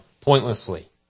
pointlessly